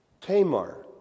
Tamar